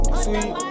sweet